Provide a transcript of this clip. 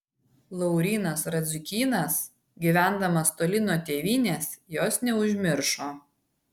laurynas radziukynas gyvendamas toli nuo tėvynės jos neužmiršo